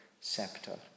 scepter